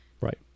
right